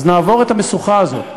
אז נעבור את המשוכה הזאת.